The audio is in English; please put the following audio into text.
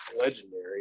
legendary